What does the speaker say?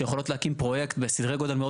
שיכולות להקים פרויקט בסדרי גודל מאוד